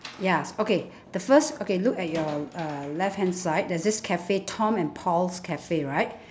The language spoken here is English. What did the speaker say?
ya okay the first okay look at your uh left hand side there's this cafe tom and paul's cafe right